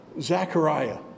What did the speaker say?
Zechariah